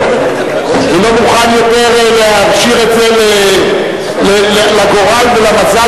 והוא לא מוכן יותר להשאיר את זה לגורל ולמזל,